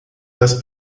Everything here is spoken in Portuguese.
das